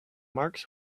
marks